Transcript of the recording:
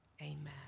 amen